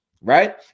Right